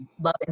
love